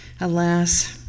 Alas